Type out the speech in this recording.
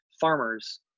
farmers